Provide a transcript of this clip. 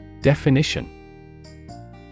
Definition